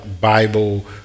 Bible